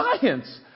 science